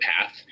path